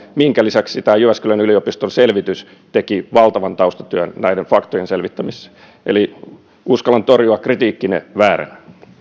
minkä lisäksi tämä jyväskylän yliopiston selvitys teki valtavan taustatyön näiden faktojen selvittämisessä eli uskallan torjua kritiikkinne vääränä